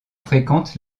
fréquente